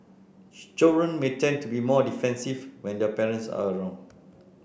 children may tend to be more defensive when their parents are around